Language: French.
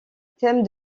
thèmes